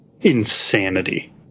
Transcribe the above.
insanity